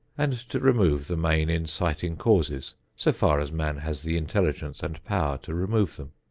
and to remove the main inciting causes so far as man has the intelligence and power to remove them.